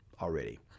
already